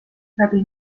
läbi